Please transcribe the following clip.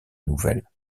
nouvelles